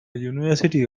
university